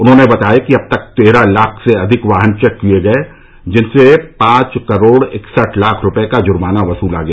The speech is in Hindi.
उन्होंने बताया कि अब तक तेरह लाख से अधिक वाहन चेक किये गये जिनसे पांच करोड़ इकसठ लाख रूपये का जुर्माना वसूला गया